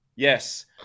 Yes